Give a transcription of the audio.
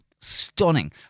Stunning